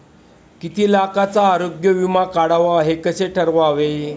किती लाखाचा आरोग्य विमा काढावा हे कसे ठरवावे?